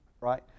right